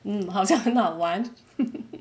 mm 好像很好玩